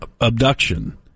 abduction